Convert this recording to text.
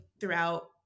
throughout